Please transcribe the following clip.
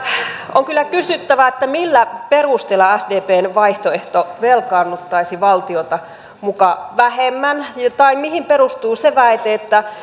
on kyllä kysyttävä millä perusteella sdpn vaihtoehto velkaannuttaisi valtiota muka vähemmän tai mihin perustuu se väite että